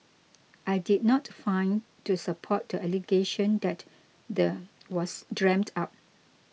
I did not find to support the allegation that the was dreamt up